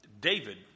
David